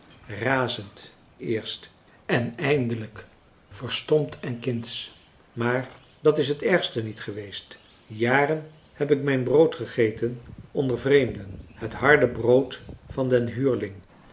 razend eerst en eindelijk verstompt en kindsch maar dat is het ergste niet geweest jaren heb ik mijn brood gegeten onder vreemden het harde françois haverschmidt familie en kennissen brood van den huurling